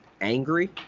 angry